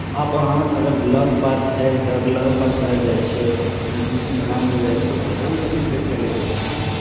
आब अहाँ अगर लग पास शहरके लग पास शहर जाइ छियै नजदीकी गाँवमे जाइ छियै तऽ बहुत सी उद्देश्य लए कऽ जाइ